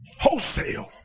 wholesale